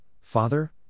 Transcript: Father